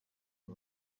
bwo